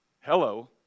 hello